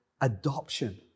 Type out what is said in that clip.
adoption